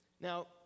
Now